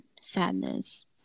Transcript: sadness